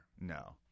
No